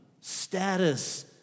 status